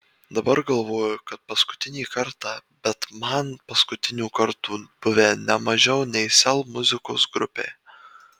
dabar galvoju kad paskutinį kartą bet man paskutinių kartų buvę ne mažiau nei sel muzikos grupei